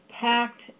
packed